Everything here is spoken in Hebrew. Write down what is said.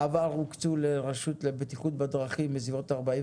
בעבר הוקצו לרשות לבטיחות בדרכים בסביבות 44